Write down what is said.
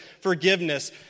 forgiveness